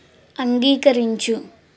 అంగీకరించు